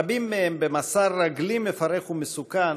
רבים מהם במסע רגלי מפרך ומסוכן,